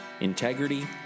integrity